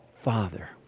Father